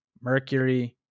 Mercury